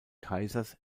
kaisers